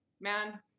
man